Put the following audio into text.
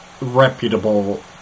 reputable